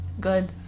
Good